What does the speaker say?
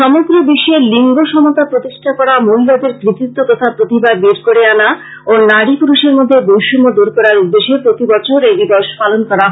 সমগ্র বিশ্বে লিংগ সমতা প্রতিষ্ঠা করা মহিলাদের কৃতিত্ব তথা প্রতিভা বের করে আনা ও নারী পুরুষের মধ্যে বৈষম্য দূর করার উদ্দেশ্যে প্রতিবছর এই দিবস পালন করা হয়